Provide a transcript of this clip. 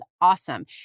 awesome